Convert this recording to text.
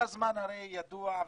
כל הזמן הרי ידוע,